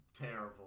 Terrible